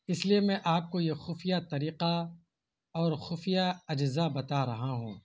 اس لیے میں آپ کو یہ خفیہ طریقہ اور خفیہ اجزاء بتا رہا ہوں